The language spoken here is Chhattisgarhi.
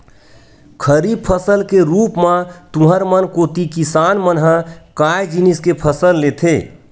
खरीफ फसल के रुप म तुँहर मन कोती किसान मन ह काय जिनिस के फसल लेथे?